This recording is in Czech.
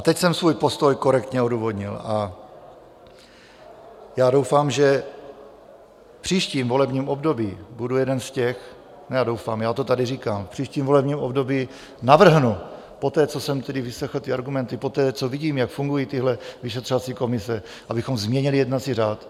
Teď jsem svůj postoj korektně odůvodnil a doufám, že v příštím volebním období budu jeden z těch ne doufám, já to tady říkám v příštím volebním období navrhnu poté, co jsem vyslechl ty argumenty, poté, co vidím, jak fungují tyhle vyšetřovací komise, abychom změnili jednací řád.